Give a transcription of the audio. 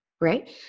right